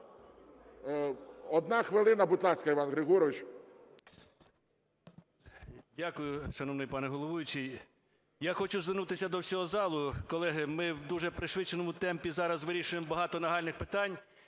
Одна хвилина. Будь ласка, Іван Григорович.